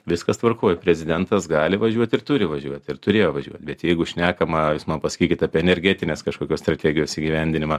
viskas tvarkoj prezidentas gali važiuot ir turi važiuot ir turėjo važiuot bet jeigu šnekama jūs man pasakykit apie energetinės kažkokios strategijos įgyvendinimą